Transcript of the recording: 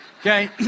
Okay